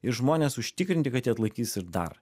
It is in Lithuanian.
ir žmonės užtikrinti kad jie atlaikys ir dar